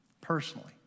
personally